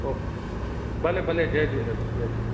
okay भले भले जय झूलेलाल